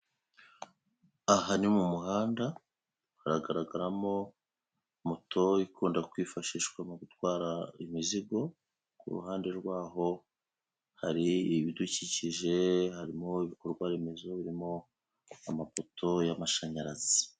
Aha ni mu muhanda haragaragaramo moto ikunda kwifashishwa mu gutwara imizigo, ku ruhande rwaho hari ibidukikije harimo ibikorwaremezo birimo amapoto y'amashanyarazi.